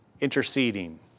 interceding